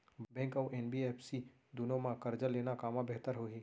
Bank अऊ NBFC दूनो मा करजा लेना कामा बेहतर होही?